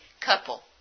couple